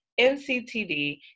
NCTD